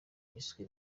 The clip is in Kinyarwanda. byiswe